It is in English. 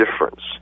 difference